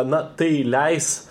na tai įleis